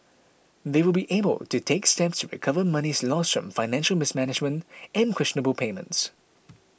they will be able to take steps to recover monies lost from financial mismanagement and questionable payments